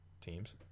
teams